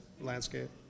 landscape